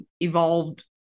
evolved